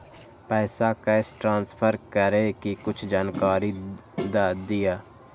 पैसा cash transfer करऐ कि कुछ जानकारी द दिअ